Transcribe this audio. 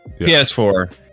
PS4